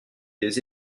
des